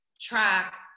track